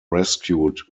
rescued